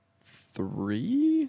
three